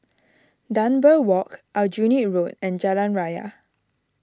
Dunbar Walk Aljunied Road and Jalan Raya